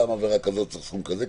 למה בעבירה כזאת צריך סכום כזה וכזה,